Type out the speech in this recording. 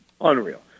Unreal